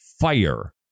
fire